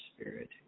Spirit